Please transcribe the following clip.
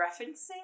referencing